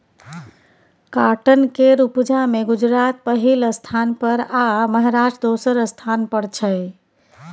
cotton केर उपजा मे गुजरात पहिल स्थान पर आ महाराष्ट्र दोसर स्थान पर छै